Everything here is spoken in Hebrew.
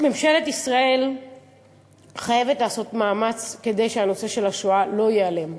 ממשלת ישראל חייבת לעשות מאמץ כדי שנושא השואה לא ייעלם.